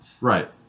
right